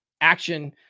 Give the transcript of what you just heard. action